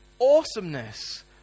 awesomeness